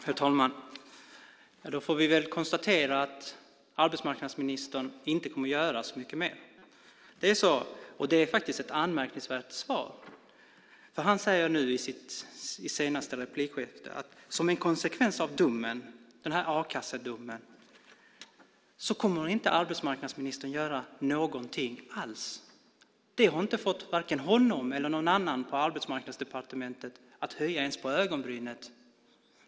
Herr talman! Då får vi väl konstatera att arbetsmarknadsministern inte kommer att göra så mycket mer. Det är så, och det är faktiskt ett anmärkningsvärt svar. Han säger nu i sitt senaste anförande att som en konsekvens av a-kassedomen kommer han inte att göra någonting alls. Det har inte fått vare sig honom eller någon annan på Arbetsmarknadsdepartementet att ens höja på ögonbrynet.